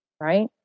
right